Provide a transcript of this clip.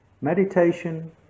Meditation